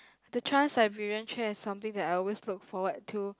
the chance I believe there something that I always look forward to